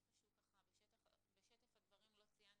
ובשטף הדברים לא ציינתי.